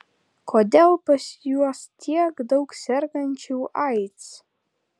kodėl pas juos tiek daug sergančių aids